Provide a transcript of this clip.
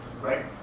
right